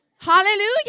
Hallelujah